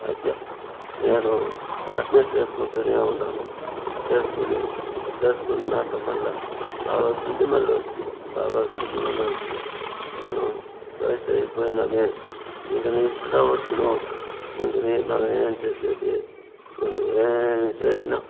అయితే నేను అలానే చేసుకుంటూనే ఉన్నాను చేసుకుని చేసుకున్నాక మళ్ళీ బాగవుతుంది మళ్ళీ వస్తుంది బాగవుతుంది మళ్ళీ వస్తుంది మనం వయిసు అయిపోయినామే ఇంక నీ ఇట్టనే వచ్చును ఇంకనూ మనం ఏమి చేసేది మనం ఏమి చేసినా